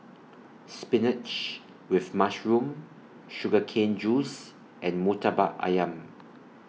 Spinach with Mushroom Sugar Cane Juice and Murtabak Ayam